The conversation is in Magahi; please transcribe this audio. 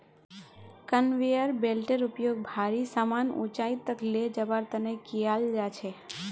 कन्वेयर बेल्टेर उपयोग भारी समान ऊंचाई तक ले जवार तने कियाल जा छे